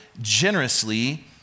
generously